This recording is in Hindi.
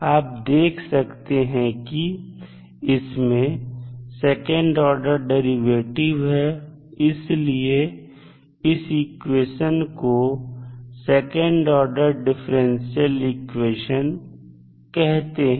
आप देख सकते हैं कि इसमें सेकंड ऑर्डर डेरिवेटिव है इसलिए इस इक्वेशन को सेकंड ऑर्डर डिफरेंशियल इक्वेशन कहते हैं